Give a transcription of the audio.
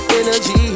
energy